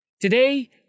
Today